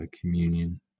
communion